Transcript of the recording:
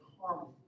harmony